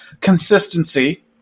consistency